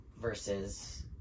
versus